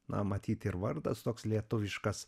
na matyt ir vardas toks lietuviškas